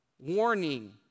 warning